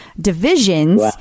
divisions